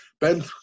Ben